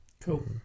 Cool